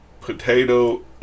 potato